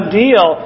deal